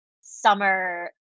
summer